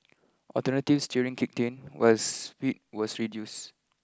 alternative steering kicked was speed was reduce